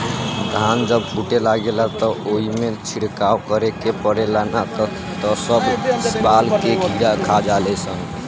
धान जब फूटे लागेला त ओइमे छिड़काव करे के पड़ेला ना त सब बाल के कीड़ा खा जाले सन